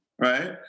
right